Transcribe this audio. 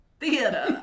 theater